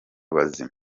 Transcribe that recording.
bazima